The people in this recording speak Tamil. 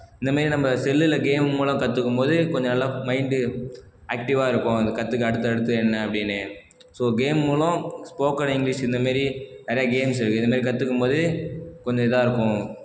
இந்தமாரி நம்ப செல்லில் கேம் மூலம் கற்றுக்கும் போது கொஞ்சம் நல்லா மைண்ட் ஆக்டிவாக இருக்கும் இதை கற்றுக்க அடுத்தடுத்து என்ன அப்படின்னு ஸோ கேம் மூலம் ஸ்போக்கன் இங்கிலிஷ் இந்தமாரி நிறைய கேம்ஸ் இருக்குது இதுமாரி கற்றுக்கும்போது கொஞ்சம் இதாக இருக்கும்